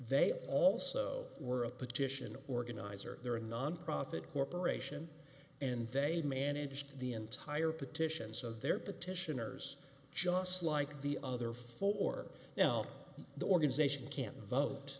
they also were a petition organizer there a nonprofit corporation and they managed the entire petition so their petitioners just like the other four now the organization can't vote